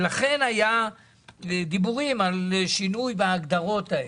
לכן היו דיבורים על שינוי בהגדרות האלה.